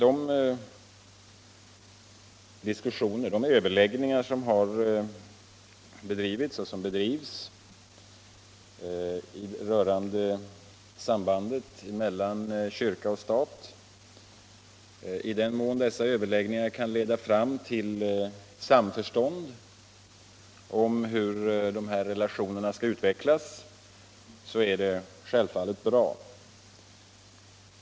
I den mån de överläggningar som har ägt rum och som äger rum rörande sambandet mellan kyrkan och staten kan leda fram till samförstånd om hur relationerna skall utvecklas är det självfallet bra.